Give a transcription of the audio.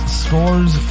scores